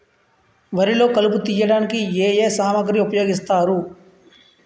వరిలో కలుపు తియ్యడానికి ఏ ఏ సామాగ్రి ఉపయోగిస్తారు?